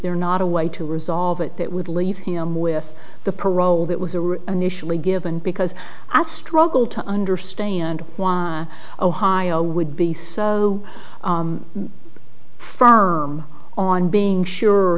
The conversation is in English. there not a way to resolve it that would leave him with the parole that was a real initially given because i struggle to understand why ohio would be so firm on being sure